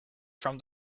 from